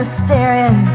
staring